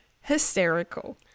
Hysterical